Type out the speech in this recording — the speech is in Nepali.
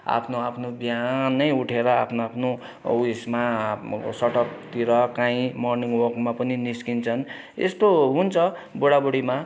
आफ्नो आफ्नो बिहानै उठेर आफ्नो आफ्नो ऊ यसमा सडकतिर कहीँ मर्निङ वाकमा पनि निस्कन्छन् यस्तो हुन्छ बुढाबुढीमा किनभने